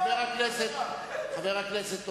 חבר הכנסת אורון.